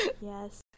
yes